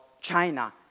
China